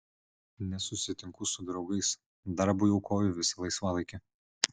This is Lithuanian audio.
nesusitinku su draugais darbui aukoju visą laisvalaikį